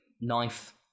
knife